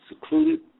secluded